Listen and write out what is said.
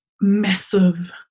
massive